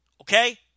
Okay